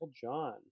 John